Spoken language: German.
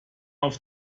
auf